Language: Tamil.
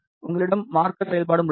உங்களிடம் மார்க்கர் செயல்பாடும் உள்ளது